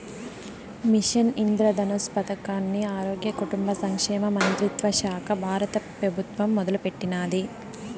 machine Indradhanush పదకాన్ని ఆరోగ్య, కుటుంబ సంక్షేమ మంత్రిత్వశాక బారత పెబుత్వం మొదలెట్టినాది